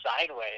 sideways